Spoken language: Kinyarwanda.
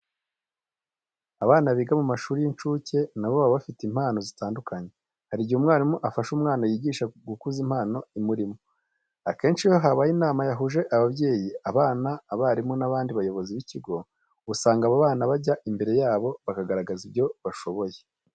Abana biga mu mashuri y'incuke na bo baba bafite impano zitandukanye. Hari igihe umwarimu afasha umwana yigisha gukuza impano imurimo. Akenshi iyo habaye inama yahuje ababyeyi, abana, abarimu n'abandi bayobozi b'ikigo, usanga abo bana bajya imbere yabo bakagaragaza ibyo bashoboye.